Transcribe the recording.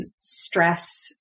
Stress